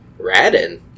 Radin